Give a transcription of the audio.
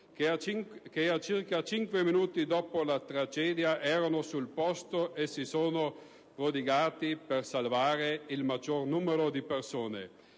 che circa cinque minuti dopo la tragedia erano sul posto e si sono prodigati per salvare il maggior numero di persone.